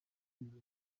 bitero